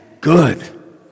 good